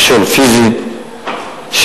מכשול פיזי,